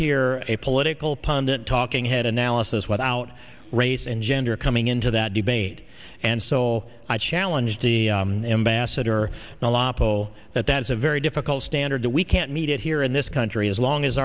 hear a political pundit talking head analysis without race and gender coming into that debate and soul i challenge the ambassador the lapo that that is a very difficult standard that we can't meet it here in this country as long as